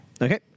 Okay